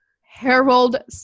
Harold